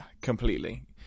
completely